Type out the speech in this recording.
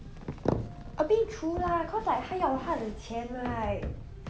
I think true lah cause 他想要他的钱 right